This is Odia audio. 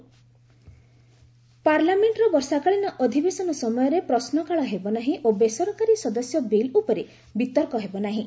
ପାର୍ଲାମେଣ୍ଟ ସେସନ୍ ପାର୍ଲାମେଣ୍ଟର ବର୍ଷାକାଳୀନ ଅଧିବେଶନ ସମୟରେ ପ୍ରଶ୍ନକାଳ ହେବ ନାହିଁ ଓ ବେସରକାରୀ ସଦସ୍ୟ ବିଲ୍ ଉପରେ ବିତର୍କ ହେବ ନାହିଁ